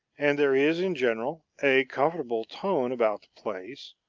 and there is in general a comfortable tone about the place,